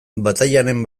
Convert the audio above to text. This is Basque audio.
batailaren